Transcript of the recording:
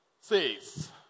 says